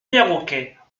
perroquet